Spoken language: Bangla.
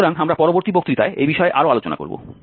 সুতরাং আমরা পরবর্তী বক্তৃতায় এই বিষয়ে আরও আলোচনা করব